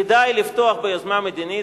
כדאי לפתוח ביוזמה מדינית,